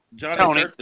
Tony